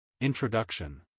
Introduction